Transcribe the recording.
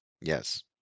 Yes